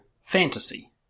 fantasy